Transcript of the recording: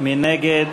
מי נגד?